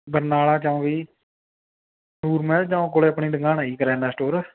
ਬਰਨਾਲਾ ਚੌਂਕ ਜੀ ਨੂਰ ਮਹਿਲ ਚੌਂਕ ਕੋਲ ਆਪਣੀ ਦੁਕਾਨ ਆ ਜੀ ਕਰਿਆਨਾ ਸਟੋਰ